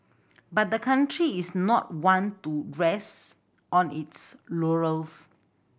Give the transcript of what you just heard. but the country is not one to rest on its laurels